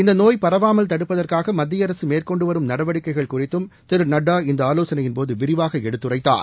இந்த நோய் பரவாமல் தடுப்பதற்காக மத்திய அரசு மேற்கொண்டு வரும் நடவடிக்கைகள் குறித்தும் திரு நட்டா இந்த ஆலோசனையின்போது விரிவாக எடுத்துரைத்தார்